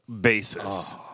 basis